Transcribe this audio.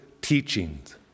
teachings